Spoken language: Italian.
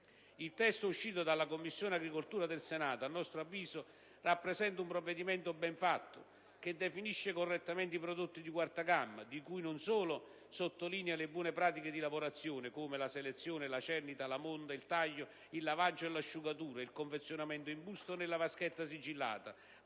Il testo uscito dalla Commissione agricoltura del Senato rappresenta, a nostro avviso, un provvedimento ben fatto, che definisce correttamente i prodotti di quarta gamma, di cui non solo sottolinea le buone pratiche di lavorazione (come la selezione, la cernita, la monda, il taglio, il lavaggio, l'asciugatura e il confezionamento in busta o nella vaschetta sigillata),